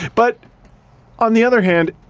but on the other hand